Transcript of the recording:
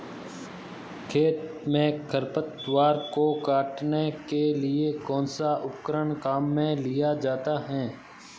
खेत में खरपतवार को काटने के लिए कौनसा उपकरण काम में लिया जाता है?